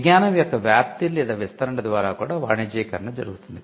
విజ్ఞానం యొక్క వ్యాప్తి లేదా విస్తరణ ద్వారా కూడా వాణిజ్యీకరణ జరుగుతుంది